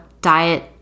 diet